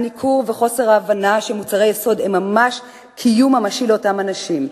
הניכור וחוסר ההבנה שמוצרי יסוד הם ממש קיום לאותם אנשים.